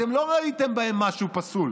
אתם לא ראיתם בהן משהו פסול.